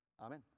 Amen